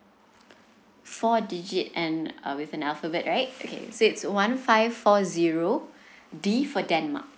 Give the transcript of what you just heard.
four digit and uh with an alphabet right okay six one five four zero D for denmark